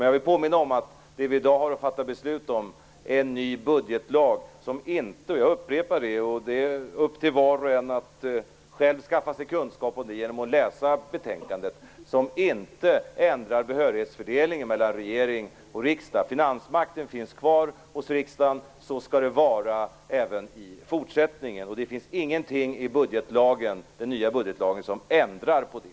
Jag vill dock påminna om att det vi i dag har att fatta beslut om är en ny budgetlag som inte - jag upprepar det, och det är upp till var och en att själv skaffa sig kunskap om det genom att läsa betänkandet - ändrar behörighetsfördelningen mellan regering och riksdag. Finansmakten finns kvar hos riksdagen, och så skall det vara även i fortsättningen. Det finns ingenting i den nya budgetlagen som ändrar på det.